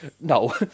no